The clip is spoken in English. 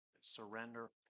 surrender